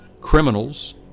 criminals